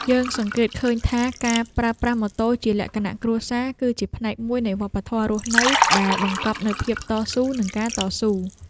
យើងសង្កេតឃើញថាការប្រើប្រាស់ម៉ូតូជាលក្ខណៈគ្រួសារគឺជាផ្នែកមួយនៃវប្បធម៌រស់នៅដែលបង្កប់នូវភាពតស៊ូនិងការតស៊ូ។